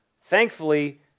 Thankfully